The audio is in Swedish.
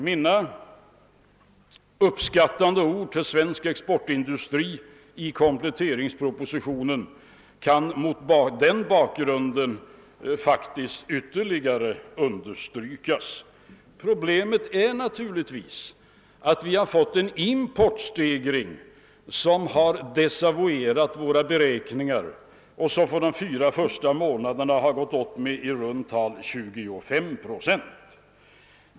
Mina uppskattande ord om svensk exportindustri i kompletteringspropositionen kan mot den bakgrunden faktiskt ytterligare understrykas. Problemet är naturligtvis att vi har fått en importstegring som desavuerat våra beräkningar och som under de fyra första månaderna uppgått till ca 25 procent.